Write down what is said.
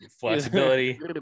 flexibility